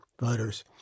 Voters